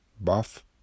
buff